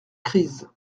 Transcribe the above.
crise